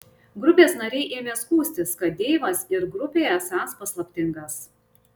grupės nariai ėmė skųstis kad deivas ir grupėje esąs paslaptingas